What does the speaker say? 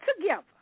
together